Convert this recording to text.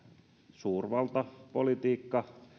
suurvaltapolitiikassa